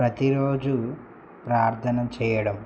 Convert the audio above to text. ప్రతిరోజు ప్రార్థన చెయ్యడం